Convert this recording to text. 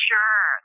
Sure